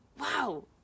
wow